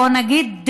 בואו נגיד,